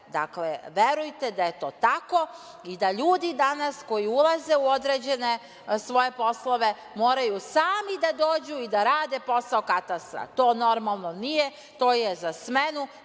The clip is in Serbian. njih. Dakle verujete da je to tako i da ljudi danas koji ulaze u određene svoje poslove moraju sami da dođu i da rade posao katastra. To normalno nije. To je za smenu,